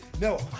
No